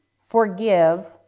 forgive